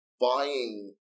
buying